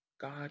God